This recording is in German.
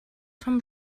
vom